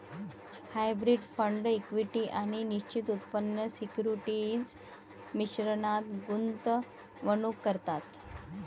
hybrid fund equity आणि निश्चित उत्पन्न सिक्युरिटीज मिश्रणात गुंतवणूक करतात